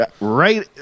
Right